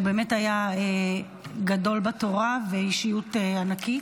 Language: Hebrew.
הוא באמת היה גדול בתורה ואישיות ענקית.